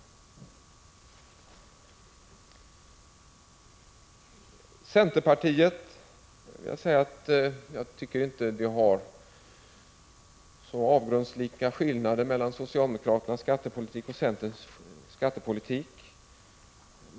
Till centerpartiet vill jag säga att jag inte tycker det är så avgrundslika skillnader mellan socialdemokraternas och centerns skattepolitik.